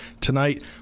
Tonight